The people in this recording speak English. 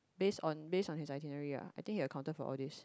based on based on his itinerary ah I think he accounted for all these